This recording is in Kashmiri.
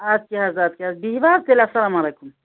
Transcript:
اَدکیاہ حظ اَدکیاہ حظ بِہو حظ تیٚلہِ السلام علیکُم